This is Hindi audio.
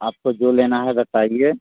आपको जो लेना है बताइए